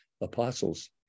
apostles